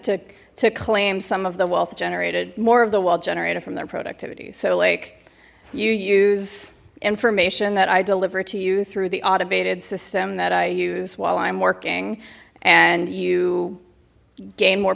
to to claim some of the wealth generated more of the wealth generated from their productivity so like you use information that i deliver to you through the automated system that i use while i'm working and you gain more